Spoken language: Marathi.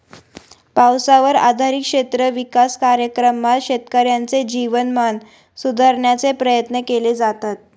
पावसावर आधारित क्षेत्र विकास कार्यक्रमात शेतकऱ्यांचे जीवनमान सुधारण्याचे प्रयत्न केले जातात